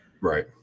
Right